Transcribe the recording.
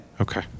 Okay